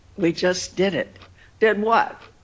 we just did it did what?